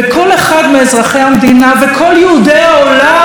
וכל אחד מאזרחי המדינה וכל יהודי העולם,